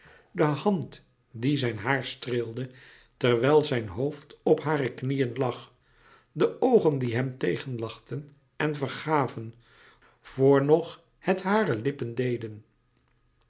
de hand die zijn haar streelde terwijl zijn hoofd op hare knieën lag de oogen die hem tegenlachten en vergaven vr nog het hare lippen deden